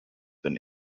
than